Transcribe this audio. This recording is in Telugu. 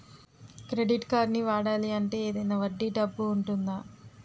క్రెడిట్ కార్డ్ని వాడాలి అంటే ఏదైనా వడ్డీ డబ్బు ఉంటుందా?